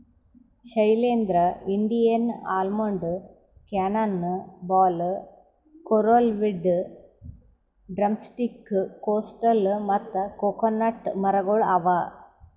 Shailendra, Indian almond, cannon ball, coralwood, drumstick, coastal ಮತ್ತ coconut ಮರಗೊಳ್ ಅವಾ